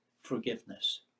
forgiveness